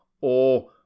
Or